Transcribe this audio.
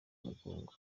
mugongo